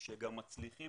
שגם מצליחים